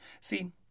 See